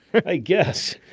i guess.